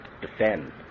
defend